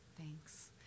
Thanks